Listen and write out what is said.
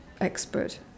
expert